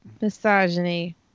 misogyny